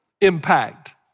impact